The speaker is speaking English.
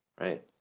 right